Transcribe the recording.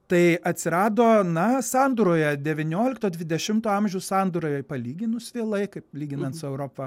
tai atsirado na sandūroje devyniolikto dvidešimto amžių sandūroje palyginus vėlai kaip lyginant su europa